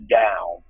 down